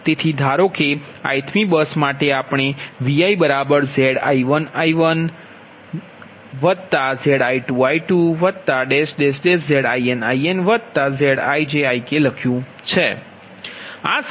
તેથીધારોકે ith મી bus માટે આપણે ViZi1I1Zi2I2ZinInZijIk લખ્યુ છે